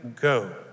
go